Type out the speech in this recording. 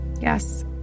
yes